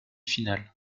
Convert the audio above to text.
finale